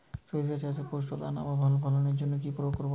শরিষা চাষে পুষ্ট দানা ও ভালো ফলনের জন্য কি প্রয়োগ করব?